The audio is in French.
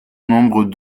nombre